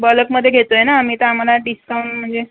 बलकमध्ये घेतो आहे ना आम्ही तर आम्हाला डिस्काउंट म्हणजे